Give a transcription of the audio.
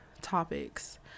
topics